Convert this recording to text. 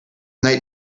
night